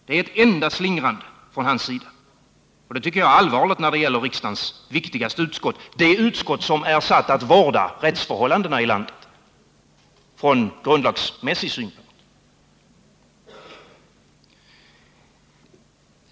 Det är ett enda slingrande från hans sida, och det tycker jag är allvarligt, eftersom det gäller riksdagens viktigaste utskott, det utskott som är satt att vårda rättsförhållandena i vårt land från grundlagsmässig synpunkt.